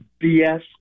BS